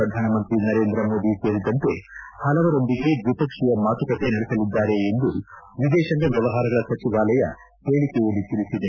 ಪ್ರಧಾನಮಂತ್ರಿ ನರೇಂದ್ರ ಮೋದಿ ಸೇರಿದಂತೆ ಹಲವರೊಂದಿಗೆ ದ್ವಿಪಕ್ಷೀಯ ಮಾತುಕತೆ ನಡೆಸಲಿದ್ದಾರೆ ಎಂದು ವಿದೇಶಾಂಗ ವ್ಚವಹಾರಗಳ ಸಚಿವಾಲಯ ಹೇಳಿಕೆಯಲ್ಲಿ ತಿಳಿಸಿದೆ